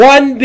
One